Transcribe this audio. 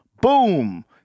Boom